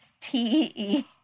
T-E-E